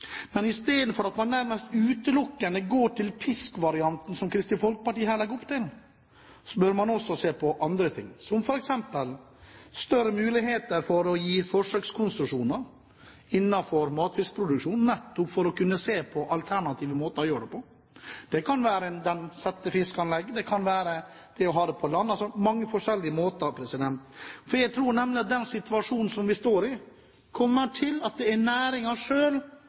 at man nærmest utelukkende går til piskvarianten, som Kristelig Folkeparti her legger opp til, bør man også se på andre ting, som f.eks. større muligheter for å gi forsøkskonsesjoner innenfor matfiskproduksjonen, for å kunne se på alternative måter å gjøre det på: Det kan være settefiskanlegg, det kan være det å ha det på land – altså mange forskjellige måter. For jeg tror at i den situasjonen vi står i, så kommer næringen selv til